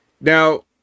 now